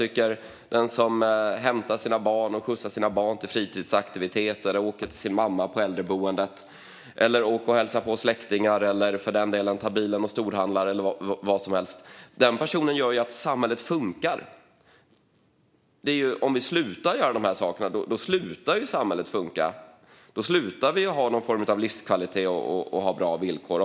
Den som skjutsar sina barn till och från fritidsaktiviteter, åker till sin mamma på äldreboendet, åker och hälsar på släktingar eller för den delen tar bilen och storhandlar - den personen gör ju att samhället funkar. Om vi slutar göra de här sakerna slutar samhället funka. Då slutar vi ha någon form av livskvalitet och ha bra villkor.